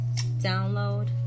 download